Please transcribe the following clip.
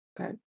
Okay